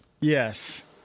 Yes